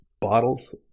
bottles